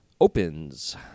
opens